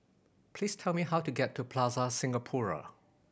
please tell me how to get to Plaza Singapura